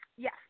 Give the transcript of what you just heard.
Yes